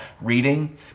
reading